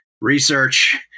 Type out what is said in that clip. research